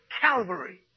Calvary